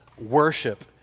worship